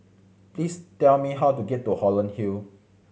please tell me how to get to Holland Hill